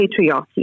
patriarchy